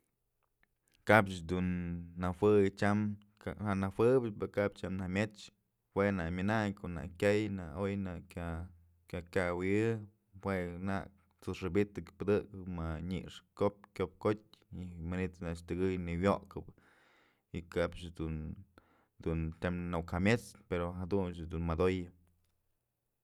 Kapch dun najuey cham janë juebyëch pero kap cham jamyëch jue nak myënayn ko'o nak kyay oy nak kya kawyë jue nak t'suxëbi'itëk pëdëp ma ñyx kop kyopkotyë y manyt's a'ax tyëkë ni'iwyokëbë y kapch dun dun tëm nuk jamyëch pero jadunch dun modoyë.